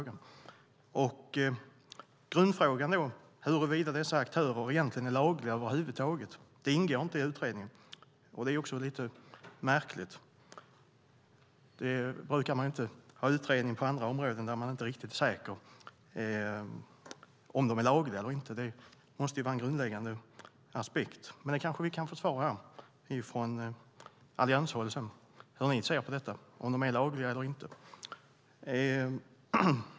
Grundfrågan huruvida dessa aktörer över huvud taget är lagliga ingår inte i utredningen. Det är märkligt. Man brukar inte ha utredningar på andra områden där man inte är riktigt säker på om verksamheten är laglig eller inte. Det måste ju vara en grundläggande aspekt, men vi kanske kan få svar på från allianshåll hur ni ser på om detta är lagligt eller inte.